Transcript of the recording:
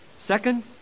Second